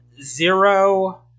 zero